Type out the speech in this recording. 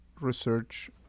research